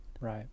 Right